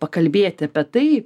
pakalbėti apie tai